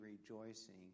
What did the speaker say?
rejoicing